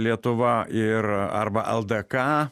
lietuva ir arba ldk